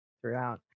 throughout